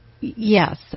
Yes